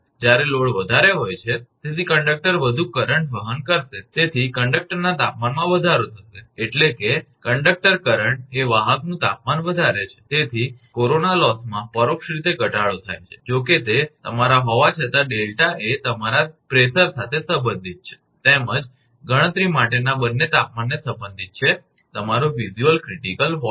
જ્યારે લોડ વધારે હોય છે તેથી કંડક્ટર વધુ કરંટ વહન કરશે તેથી કંડક્ટરના તાપમાનમાં વધારો થશે એટલે કે કંડક્ટર કરંટ એ વાહકકંડક્ટરનું તાપમાન વધારે છે તેથી કોરોના લોસમાં પરોક્ષ રીતે ઘટાડો થાય છે જોકે તે તમારા હોવા છતાં ડેલ્ટા એ તમારા દબાણ સાથે સંબંધિત છે તેમજ ગણતરી માટેના બંને તાપમાનને સંબંધિત છે કે તમારો વિઝુયલ ક્રિટીકલ વોલ્ટેજ